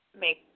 make